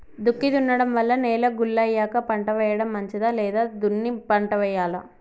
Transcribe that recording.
దుక్కి దున్నడం వల్ల నేల గుల్ల అయ్యాక పంట వేయడం మంచిదా లేదా దున్ని పంట వెయ్యాలా?